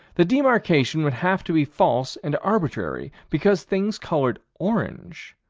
the demarcation would have to be false and arbitrary, because things colored orange,